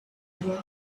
vois